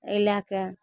अइ लए कऽ